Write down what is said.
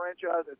franchise